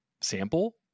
sample